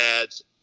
adds